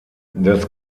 das